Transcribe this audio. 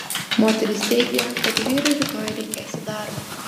moteris teigia kad vyrui rytoj reikės į darbą